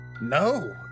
No